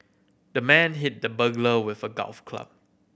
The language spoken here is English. the man hit the burglar with a golf club